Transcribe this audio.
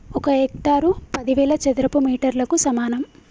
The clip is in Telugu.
ఒక హెక్టారు పదివేల చదరపు మీటర్లకు సమానం